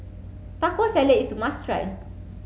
Taco Salad is a must try